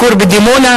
הכור בדימונה,